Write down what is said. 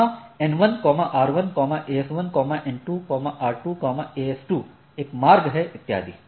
यहाँ N1 R1 AS1 N2 R2 AS2 एक मार्ग है इत्यादि